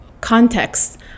Context